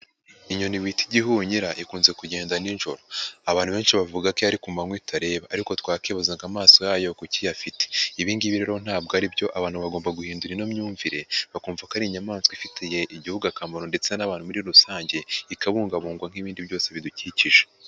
Inyoni bita igihunyira ikunze kugenda nijoro, abantu benshi bavuga ko iyo ari ku manywa itareba ariko twakwibaza ngo amaso yayo kuki iyafite, ibi ngibi rero ntabwo aribyo, abantu bagomba guhindura ino myumvire bakumva ko ari inyamaswa ifitiye igihugu akamaro ndetse n'abantu muri rusange, ikabungabungwa nk'ibindi byose bidukikije.